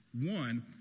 one